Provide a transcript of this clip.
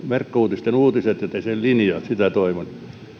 verkkouutisten uutisten ja sen linjojen sitä toivon